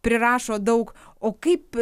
prirašo daug o kaip